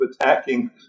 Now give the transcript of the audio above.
attacking